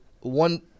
one